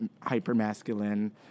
hyper-masculine